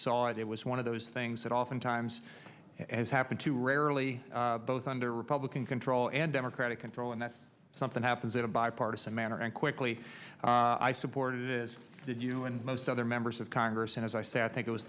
saw it was one of those things that oftentimes has happened to rarely both under republican control and democratic control and that's something happens in a bipartisan manner and quickly i support is that you and most other members of congress and as i say i think it was